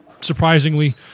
Surprisingly